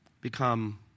become